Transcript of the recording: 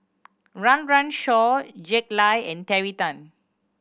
Run Run Shaw Jack Lai and Terry Tan